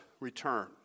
return